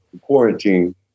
quarantine